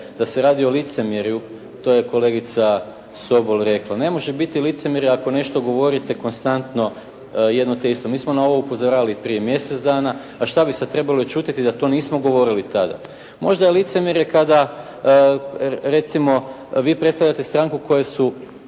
da se radi o licemjerju, to je kolegica Sobol rekla, ne može biti licemjerje ako nešto govorite konstantno jedno te isto. Mi smo na ovo upozoravali i prije mjesec dana, a šta bi sada trebali …/Govornik se ne razumije./… da to nismo govorili tada. Možda je licemjerje kada recimo vi predstavljate stranku kojoj su